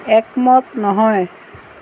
একমত নহয়